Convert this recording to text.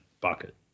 bucket